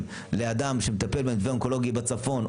לאדם שמטפל בחולה אונקולוגי בצפון,